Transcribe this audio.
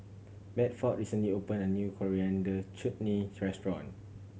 Bedford recently opened a new Coriander Chutney restaurant